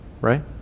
Right